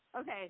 Okay